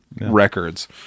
records